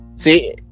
See